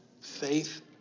faith